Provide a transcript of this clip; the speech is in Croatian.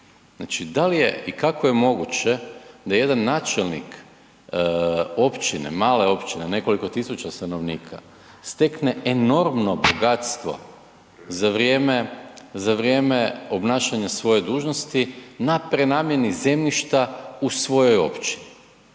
Znači da li je i kako je moguće da jedan načelnik općine, male općine, nekoliko tisuća stanovnika stekne enormno bogatstvo za vrijeme obnašanja svoje dužnosti na prenamijeni zemljišta u svojoj općini.